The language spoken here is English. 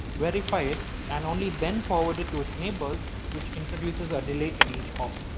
verify it and only then forward it to its neighbors which introduces a delay in each hop.